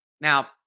Now